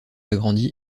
agrandi